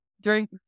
Drink